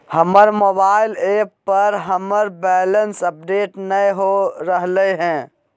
हमर mobile app पर हमर बैलेंस अपडेट नय हो रहलय हें